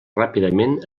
ràpidament